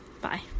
bye